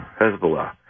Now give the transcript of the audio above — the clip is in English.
Hezbollah